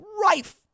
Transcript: rife